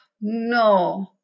no